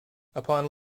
upon